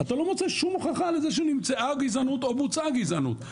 אתה לא מוצא שום הוכחה לזה שנמצאה גזענות או בוצעה גזענות,